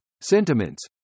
sentiments